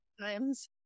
times